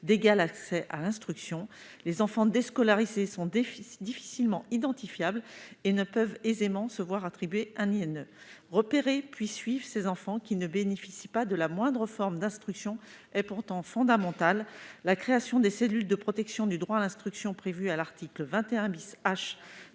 d'égal accès à l'instruction. Les enfants déscolarisés sont difficilement identifiables et ne peuvent aisément se voir attribuer un INE. Repérer puis suivre ces enfants qui ne bénéficient pas de la moindre forme d'instruction est pourtant fondamental : la création des cellules de protection du droit à l'instruction, prévue à l'article 21 H